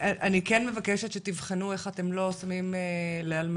אני כן מבקשת שתבחנו איך אתם לא עושים לאלמנות